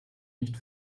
nicht